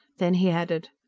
then he added,